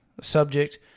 subject